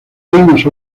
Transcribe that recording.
reinos